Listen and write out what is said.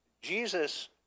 Jesus